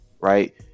right